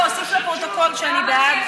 להוסיף לפרוטוקול שאני בעד.